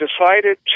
decided